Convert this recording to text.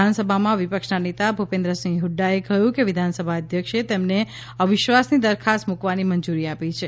વિધાનસભામાં વિપક્ષના નેતા ભૂપેન્દ્રસિંહ હુંદ્રાએ કહ્યું કે વિધાનસભા અધ્યક્ષે તેમને અવિશ્વાસની દરખાસ્ત મૂકવાની મંજૂરી આપી છે